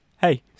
Hey